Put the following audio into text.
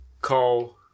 call